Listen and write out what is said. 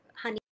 honey